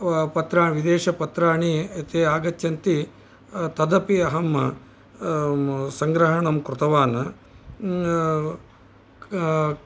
पत्र विदेशपत्राणि ते आगच्छन्ति तदपि अहं सङ्ग्रहणं कृतवान्